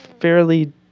fairly